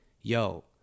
yo